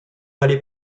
allez